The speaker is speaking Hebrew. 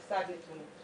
נושא המסלול המקוצר,